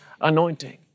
anointing